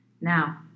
Now